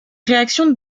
réactions